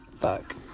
fuck